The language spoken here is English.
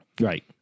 Right